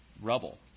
rubble